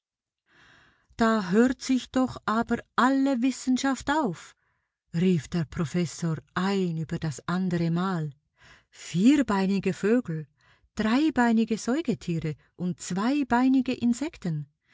da hört sich doch aber alle wissenschaft auf rief der professor ein über das anderemal vierbeinige vögel dreibeinige säugetiere und zweibeinige insekten